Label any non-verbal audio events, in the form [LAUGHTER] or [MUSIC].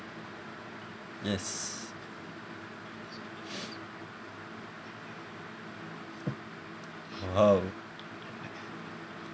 yes [NOISE] !wow!